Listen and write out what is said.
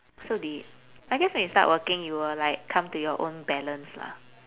so deep I guess when you start working you will like come to your own balance lah